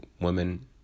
women